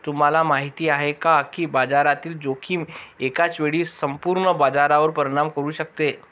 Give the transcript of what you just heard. तुम्हाला माहिती आहे का की बाजारातील जोखीम एकाच वेळी संपूर्ण बाजारावर परिणाम करू शकते?